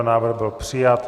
Návrh byl přijat.